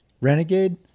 Renegade